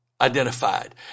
identified